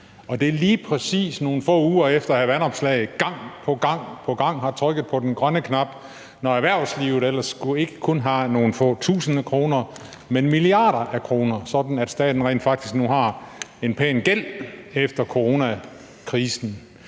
det er lige præcis nogle få uger efter, at hr. Alex Vanopslagh gang på gang har trykket på den grønne knap, når erhvervslivet ellers skulle have ikke kun nogle få tusind kroner, men milliarder af kroner, sådan at staten rent faktisk nu har en pæn gæld efter coronakrisen.